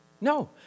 No